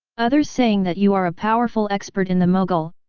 others saying that you are a powerful expert in the mogul,